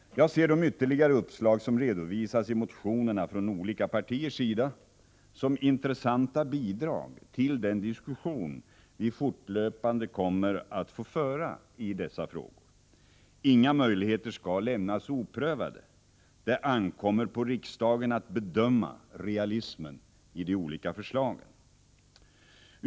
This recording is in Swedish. Jag ser de ytterligare uppslag som redovisas i motionerna från olika partiers sida som intressanta bidrag till den diskussion vi fortlöpande kommer att få föra i dessa frågor. Inga möjligheter skall lämnas oprövade. Det ankommer på riksdagen att bedöma realismen i de olika förslagen.